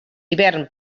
hivern